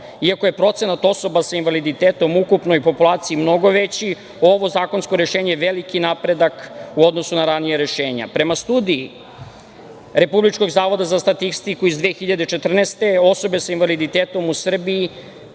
Iako je procenat osoba sa invaliditetom u ukupnoj populaciji mnogo veći, ovo zakonsko rešenje je veliki napredak u odnosu na ranija rešenja. Prema studiji Republičkog zavoda za statistiku iz 2014. godine, osobe sa invaliditetom u Srbiji